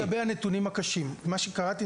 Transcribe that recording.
ציינתי לגבי הנתונים הקשים - מה שקראתי